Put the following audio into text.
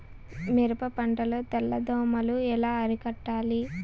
మిరప పంట లో తెల్ల దోమలు ఎలా అరికట్టాలి?